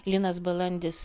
linas balandis